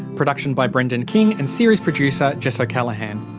production by brendan king and series producer jess o'callaghan.